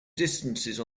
distance